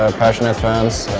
ah passionate fans,